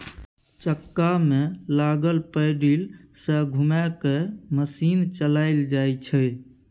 चक्का में लागल पैडिल सँ घुमा कय मशीन चलाएल जाइ छै